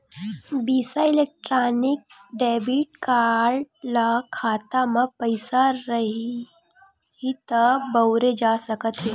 बिसा electronic debit card ल खाता म पइसा रइही त बउरे जा सकत हे